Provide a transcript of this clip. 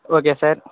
okay sir